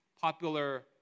popular